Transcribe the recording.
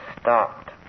stopped